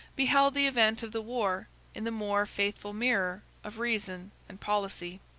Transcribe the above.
beheld the event of the war in the more faithful mirror of reason and policy.